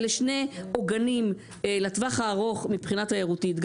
אלה שני עוגנים לטווח הארוך מבחינה תיירותית.